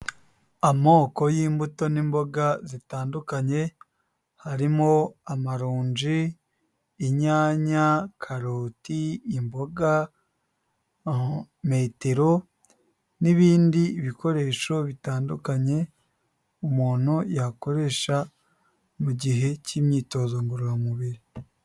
Amoko y'imbuto n'imboga zitandukanye, harimo amaronji, inyanya, karoti, imboga, metero n'ibindi bikoresho bitandukanye umuntu yakoresha mu gihe cy'imyitozo ngororamubiri.